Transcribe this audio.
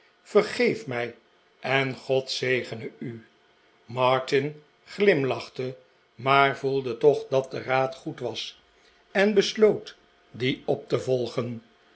vergeef mij en god zegene u martin glimlachte maar voelde toch dat de raad goed was en besloot dien op te volgen